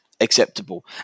acceptable